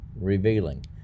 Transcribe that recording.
revealing